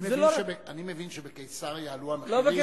אני מבין שבקיסריה עלו המחירים, לא בקיסריה.